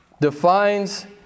defines